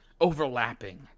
overlapping